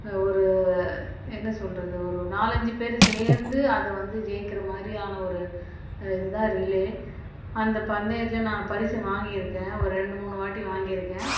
ஒரு என்ன சொல்கிறது ஒரு நாலு அஞ்சு பேர் சேர்ந்து அதை வந்து ஜெயிக்கின்ற மாதிரியான ஒரு இது தான் ரிலே அந்த பந்தயத்தில் நான் பரிசு வாங்கியிருக்கேன் ஒரு ரெண்டு மூணு வாட்டி வாங்கியிருக்கேன்